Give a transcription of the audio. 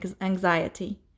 anxiety